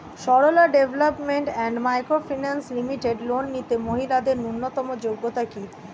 Sarala development and micro finance limited loan নিতে মহিলাদের ন্যূনতম যোগ্যতা কী?